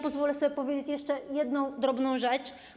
Pozwolę sobie powiedzieć jeszcze jedną drobną rzecz.